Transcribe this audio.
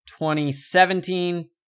2017